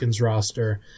roster